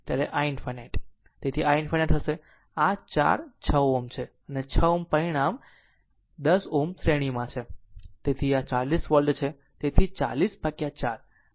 તેથી i ∞ હશે આ 4 6 Ω છે અને 6 Ω પરિણામ 10 Ω શ્રેણીમાં છે અને આ 40 વોલ્ટ છે